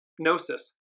Gnosis